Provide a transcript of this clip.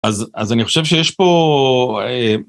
אז אני חושב שיש פה...